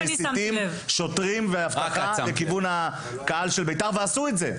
מסיטים שוטרים ואבטחה לכיוון הקהל של בית"ר ועשו את זה.